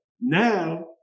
now